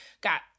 got